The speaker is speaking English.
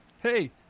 Hey